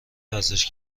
ورزش